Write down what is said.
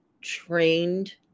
trained